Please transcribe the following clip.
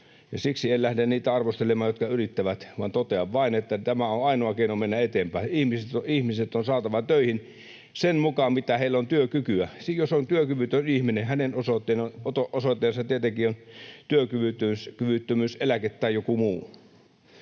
siksi en lähde arvostelemaan niitä, jotka yrittävät, vaan totean vain, että tämä on ainoa keino mennä eteenpäin. Ihmiset on saatava töihin sen mukaan, miten heillä on työkykyä. Jos on työkyvytön ihminen, hänen osoitteensa tietenkin on työkyvyttömyyseläke tai joku muu.